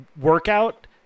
workout